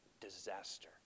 disaster